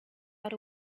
out